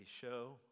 show